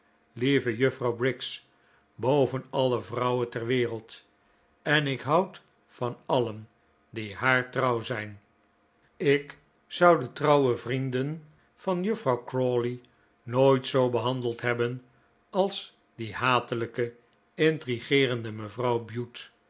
lieve juffrouw briggs boven alle vrouwen ter wereld en ik houd van alien die haar trouw zijn ik zou de trouwe vrienden van juffrouw crawley nooit zoo behandeld hebben als die hatelijke intrigeerende mevrouw bute